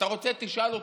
אתה רוצה, תשאל אותו.